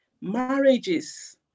marriages